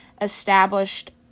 established